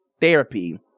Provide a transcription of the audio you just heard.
therapy